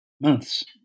months